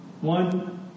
One